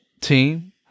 team